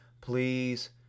please